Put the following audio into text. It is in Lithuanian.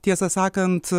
tiesą sakant